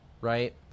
Right